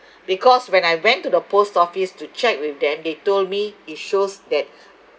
because when I went to the post office to check with them they told me it shows that